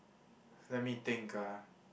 let me think ah